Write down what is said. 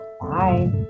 Bye